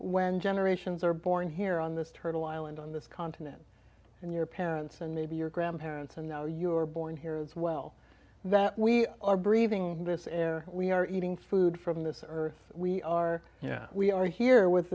when generations are born here on this turtle island on this continent and your parents and maybe your grandparents and now you are born here as well that we are breathing this air we are eating food from this earth we are we are here with